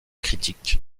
critiques